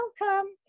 Welcome